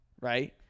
right